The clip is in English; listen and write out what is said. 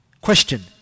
Question